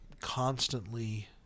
constantly